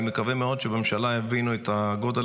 אני מקווה מאוד שבממשלה יבינו את גודל